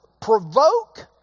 provoke